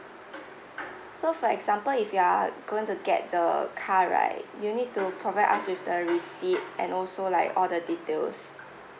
so for example if you are going to get the car right you need to provide us with the receipt and also like all the details